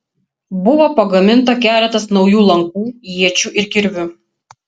buvo pagaminta keletas naujų lankų iečių ir kirvių